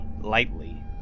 lightly